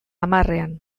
hamarrean